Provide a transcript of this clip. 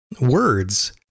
words